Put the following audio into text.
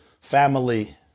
family